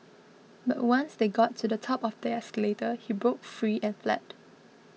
but once they got to the top of their escalator he broke free and fled